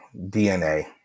dna